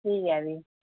ठीक ऐ फ्ही